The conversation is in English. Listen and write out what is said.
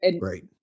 Right